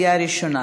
הסביבה נתקבלה.